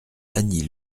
annie